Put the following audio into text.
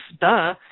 duh